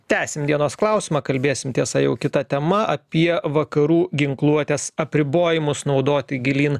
tęsim dienos klausimą kalbėsime tiesa jau kita tema apie vakarų ginkluotės apribojimus naudoti gilyn